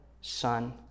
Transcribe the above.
Son